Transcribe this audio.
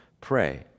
pray